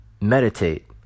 Meditate